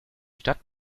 stadt